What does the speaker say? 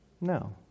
No